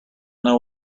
know